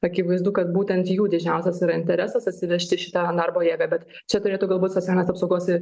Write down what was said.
akivaizdu kad būtent jų didžiausias ir interesas atsivežti šitą darbo jėgą bet čia turėtų galbūt socialinės apsaugos